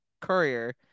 courier